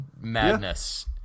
madness